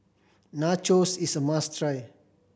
nachos is a must try